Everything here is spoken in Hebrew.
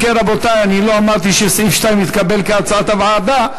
אני לא אמרתי שסעיף 2 התקבל כהצעת הוועדה,